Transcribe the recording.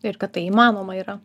ir kad tai įmanoma yra